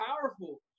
powerful